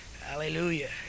Hallelujah